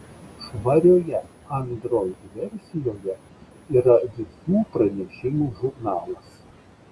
švarioje android versijoje yra visų pranešimų žurnalas